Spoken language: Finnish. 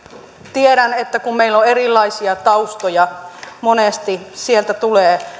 tiedän että kun meillä on erilaisia taustoja monesti sieltä tulee